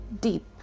deep